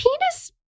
penis